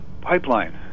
pipeline